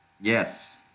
Yes